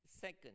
Second